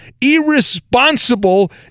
Irresponsible